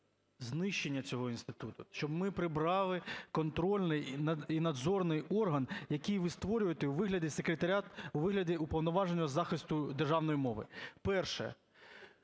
знищення цього інституту, щоб ми прибрали контрольний і надзорний орган, який ви створюєте у вигляді секретаріату, у вигляді Уповноваженого із захисту державної мови. Перше